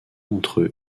entre